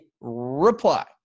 reply